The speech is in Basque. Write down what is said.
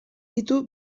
ditu